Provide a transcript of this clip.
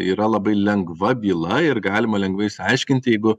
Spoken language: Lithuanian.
yra labai lengva byla ir galima lengvai išsiaiškinti jeigu